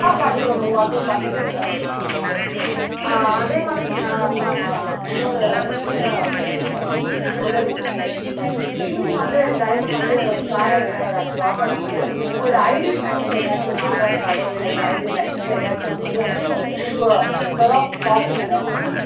ஆ கண்டிப்பாக ma'am WhatsApp பண்ணி விட்டுர்றேன் ma'am நான் உங்களுக்கு ஆ அதேமாதிரி மேம் இன்னொரு சின்ன ஒரு ரெக்குவஸ்ட் உதவி நீங்கள் இன்னைக்கு ஈவினிங் வந்து ட்ரைவர் வந்து காரை விட வராங்க ட்ராப் பண்ணும்போது உங்களோட ஐடி ப்ரூஃப் எதாச்சும் ஒன்று ஆதார் கார்டோ இல்லை ட்ரைவிங் லைசன்ஸ் எதாச்சும் ஒன்று வந்து எனக்கு ஓ ஜெராக்ஸ் காப்பி எதாச்சும் ஒன்று கொடுங்க